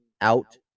out